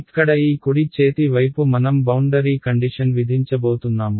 ఇక్కడ ఈ కుడి చేతి వైపు మనం బౌండరీ కండిషన్ విధించబోతున్నాము